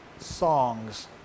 songs